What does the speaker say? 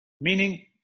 Meaning